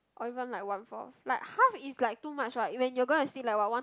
or even like one fourth like half is like too much right when you gonna stay like what one